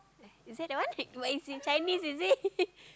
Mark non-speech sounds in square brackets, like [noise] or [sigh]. is that that one [laughs] but it's in Chinese is it [laughs]